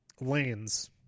lanes